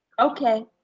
Okay